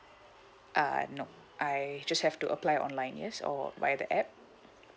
uh no I just have to apply online yes or via the app